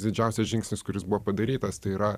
didžiausias žingsnis kuris buvo padarytas tai yra